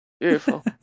beautiful